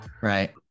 Right